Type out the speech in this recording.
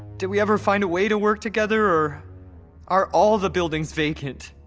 did we ever find a way to work together, or are all the buildings vacant?